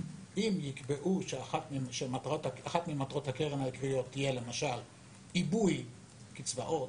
ואם יקבעו שאחת ממטרות הקרן העקביות תהיה עיבוי קצבאות,